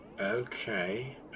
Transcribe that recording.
okay